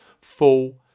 Full